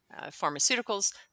pharmaceuticals